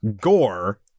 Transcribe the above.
Gore